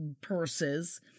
purses